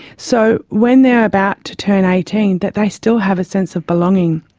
so when they are about to turn eighteen, that they still have a sense of belonging.